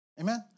Amen